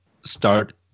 start